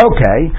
Okay